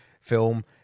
film